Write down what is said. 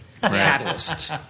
Catalyst